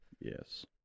yes